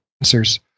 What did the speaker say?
answers